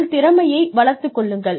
உங்கள் திறமையை வளர்த்துக் கொள்ளுங்கள்